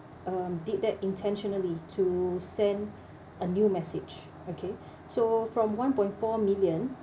um did that intentionally to send a new message okay so from one point four million